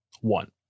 one